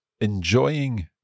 enjoying